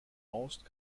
most